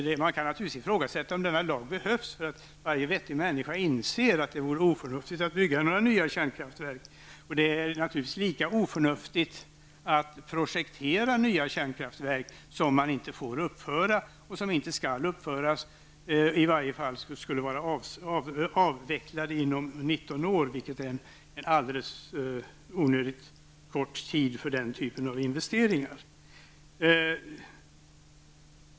Det kan naturligtvis också ifrågasättas om denna lag behövs, för varje vettig människa inser att det vore oförnuftigt att bygga några nya kärnkraftverk. Det är lika oförnuftigt att projektera nya kärnkraftverk som man inte skall få uppföra och som i varje fall skall vara avvecklade inom 19 år, vilket är alldeles onödigt kort tid för den typen av investeringar.